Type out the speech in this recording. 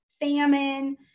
famine